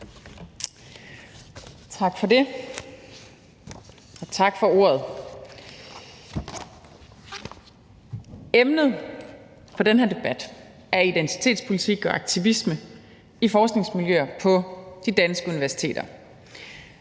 Tak for ordet. Emnet for den her debat er identitetspolitik og aktivisme i forskningsmiljøer på de danske universiteter.